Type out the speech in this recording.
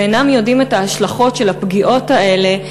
ואינם יודעים את ההשלכות של הפגיעות הללו,